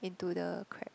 into the crab